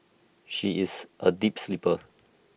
she is A deep sleeper